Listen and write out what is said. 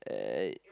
uh